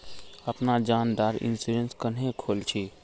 अपना जान डार इंश्योरेंस क्नेहे खोल छी?